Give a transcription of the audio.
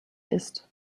ist